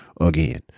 again